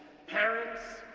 parents,